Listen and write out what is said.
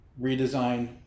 redesign